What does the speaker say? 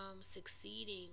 succeeding